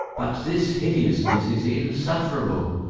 but this hideousness is insufferable.